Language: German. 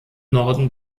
norden